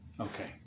Okay